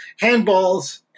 handballs